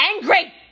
angry